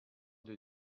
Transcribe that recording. did